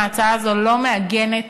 ההצעה הזו לא מעגנת